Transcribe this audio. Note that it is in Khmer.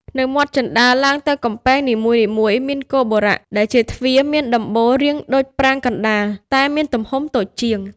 នៅមាត់ជណ្តើរឡើងទៅកំពែងនីមួយៗ មានគោបុរៈ ដែលជាទ្វារមានដំបូលរាងដូចប្រាង្គកណ្តាល តែមានទំហំតូចជាង។